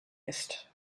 ist